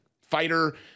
fighter